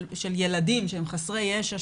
של ילדים שהם חסרי ישע,